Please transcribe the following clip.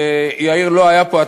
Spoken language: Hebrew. יאיר לא היה פה,